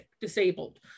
disabled